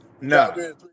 No